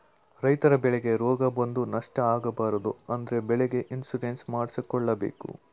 ರೈತರ ಬೆಳೆಗೆ ರೋಗ ಬಂದು ನಷ್ಟ ಆಗಬಾರದು ಅಂದ್ರೆ ಬೆಳೆಗೆ ಇನ್ಸೂರೆನ್ಸ್ ಮಾಡ್ದಸ್ಸಬೇಕು